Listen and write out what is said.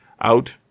out